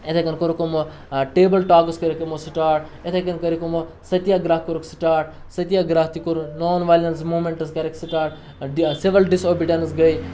اِتھَے کٔنۍ کوٚرُکھ یِمو ٹیبٕل ٹاکٕس کٔرِکھ یِمو سٹاٹ اِتھَے کٔنۍ کٔرِکھ یِمو سٔتیہ گرٛہ کوٚرُکھ سٹاٹ سٔتیہ گرٛہ تہِ کوٚرُن نان وایلٮ۪نٕس موٗمینٛٹٕز کَرٮ۪کھ سٹاٹ سِوَل ڈِس اوبِڈٮ۪نٕس گٔیٚے